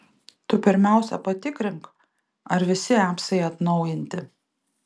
tu pirmiausia patikrink ar visi apsai atnaujinti